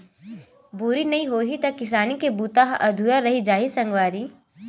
बोरी नइ होही त किसानी के बूता ह अधुरा रहि जाही सगवारी